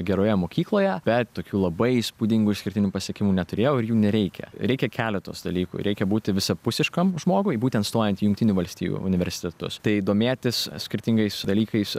geroje mokykloje bet tokių labai įspūdingų išskirtinių pasiekimų neturėjau ir jų nereikia reikia keletos dalykų reikia būti visapusiškam žmogui būtent stojant į jungtinių valstijų universitetus tai domėtis skirtingais dalykais